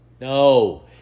No